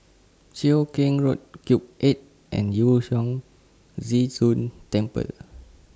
Cheow Keng Road Cube eight and Yu Huang Zhi Zun Temple